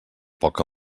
poca